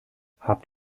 habt